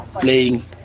playing